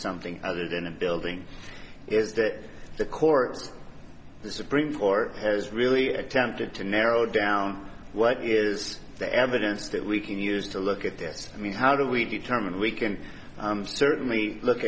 something other than a building is that the courts the supreme court has really attempted to narrow down what is the evidence that we can use to look at this i mean how do we determine we can certainly look